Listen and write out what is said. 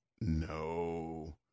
No